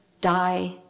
die